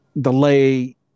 delay